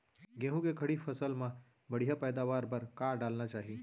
गेहूँ के खड़ी फसल मा बढ़िया पैदावार बर का डालना चाही?